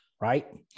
right